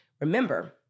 remember